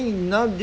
like that